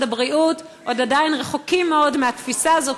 הבריאות עדיין רחוקים מאוד מהתפיסה הזאת,